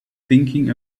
thinking